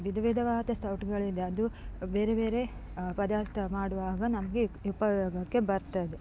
ವಿಧ ವಿಧವಾದ ಸೌಟುಗಳಿದೆ ಅದು ಬೇರೆ ಬೇರೆ ಪದಾರ್ಥ ಮಾಡುವಾಗ ನಮಗೆ ಉಪಯೋಗಕ್ಕೆ ಬರ್ತದೆ